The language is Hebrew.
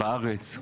בארץ,